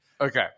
Okay